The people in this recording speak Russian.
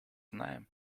знаем